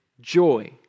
joy